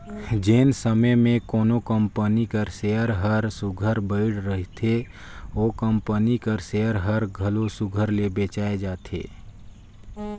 जेन समे में कोनो कंपनी कर सेयर हर सुग्घर बइढ़ रहथे ओ कंपनी कर सेयर हर घलो सुघर ले बेंचाए जाथे